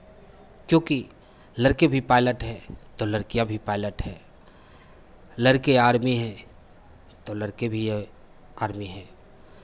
क्योंकि लड़के भी पायलट हैं तो लड़कियां भी पायलट है लड़के आर्मी है तो लड़के भी आर्मी है